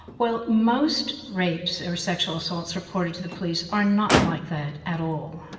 well, most rapes or sexual assaults reported to the police are not like that at all.